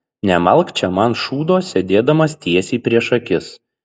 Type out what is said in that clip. nemalk čia man šūdo sėdėdamas tiesiai prieš akis